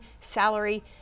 salary